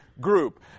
group